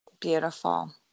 Beautiful